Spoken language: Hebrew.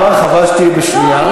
חבל שתהיי בשנייה.